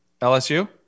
LSU